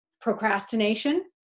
procrastination